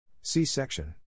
C-section